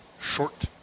Short